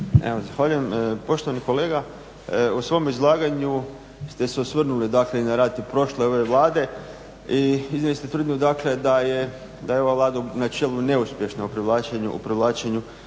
poštovani kolega u svom izlaganju ste osvrnuli dakle na radi i ove i prošle ove Vlade i izvesti tvrdnju dakle da je ova Vlada u načelu neuspješna u privlačenju